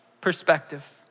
perspective